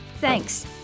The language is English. Thanks